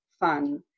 fun